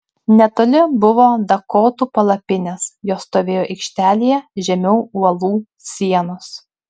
netoli buvo dakotų palapinės jos stovėjo aikštelėje žemiau uolų sienos